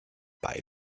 bei